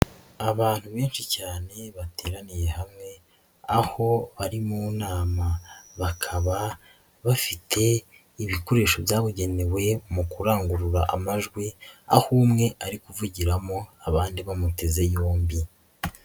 Abantu benshi cyane bateraniye hamwe aho bari mu nama, bakaba bafite ibikoresho byabugenewe mu kurangurura amajwi aho umwe ari kuvugiramo abandi bamuteze yombi.